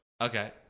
Okay